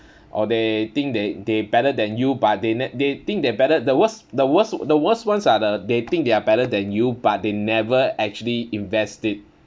or they think they they better than you but they n~ they think they're better the worst the worst the worst ones are the they think they are better than you but they never actually invest it